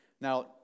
Now